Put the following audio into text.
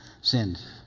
sinned